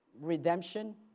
redemption